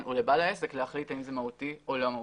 הוא לבעל העסק להחליט אם זה מהותי או לא מהותי.